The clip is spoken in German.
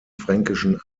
fränkischen